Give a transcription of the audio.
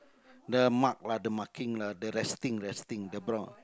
the mark lah the marking lah the resting resting the br~